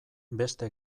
beste